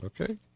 Okay